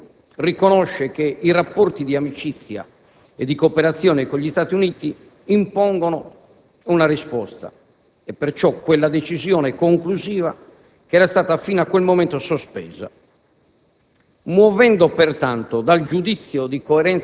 Il 16 gennaio, il presidente Prodi riconosce che i rapporti di amicizia e di cooperazione con gli Stati Uniti impongono una risposta e perciò quella decisione conclusiva che era stata fino a quel momento sospesa.